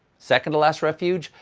second-to-last refuge?